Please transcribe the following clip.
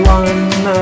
one